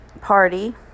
party